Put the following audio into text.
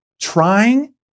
trying